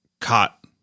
caught